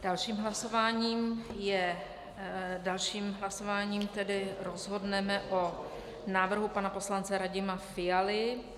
Dalším hlasováním je, dalším hlasováním tedy rozhodneme o návrhu pana poslance Radima Fialy.